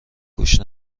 گوش